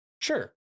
sure